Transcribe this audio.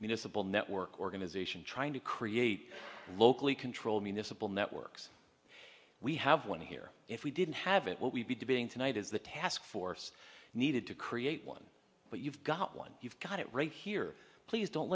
municipal network organization trying to create locally controlled municipal networks we have one here if we didn't have it what we'd be debating tonight is the task force needed to create one but you've got one you've got it right here please don't